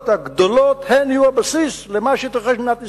הגדולות הן יהיו הבסיס למה שיתרחש במדינת ישראל.